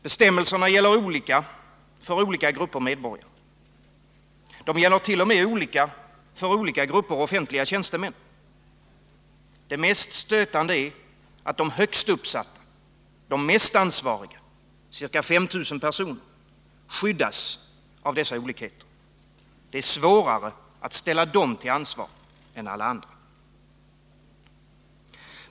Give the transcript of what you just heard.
Bestämmelserna gäller olika för olika grupper medborgare. De gäller t.o.m. olika för olika grupper offentliga tjänstemän. Det mest stötande är att de högst uppsatta, de mest ansvariga — ca 5 000 personer — skyddas av dessa olikheter. Det är svårare att ställa dem till ansvar än alla andra.